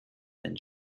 than